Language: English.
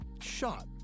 shot